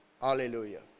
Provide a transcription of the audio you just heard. Hallelujah